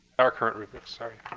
our current rubrics, sorry.